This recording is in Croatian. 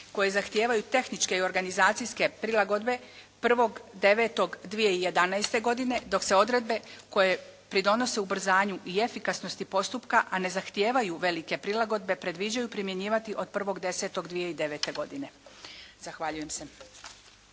koje zahtijevaju tehničke i organizacijske prilagodbe 1.9.2011. godine dok se odredbe koje pridonose ubrzanju i efikasnosti postupka, a ne zahtijevaju velike prilagodbe predviđaju primjenjivati od 1.10.2009. godine. Zahvaljujem se.